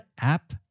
app